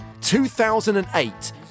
2008